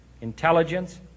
intelligence